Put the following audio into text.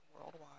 worldwide